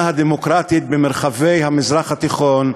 והמדינה הדמוקרטית במרחבי המזרח התיכון,